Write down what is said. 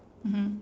mmhmm